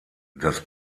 das